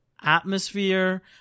atmosphere